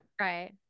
Right